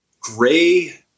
gray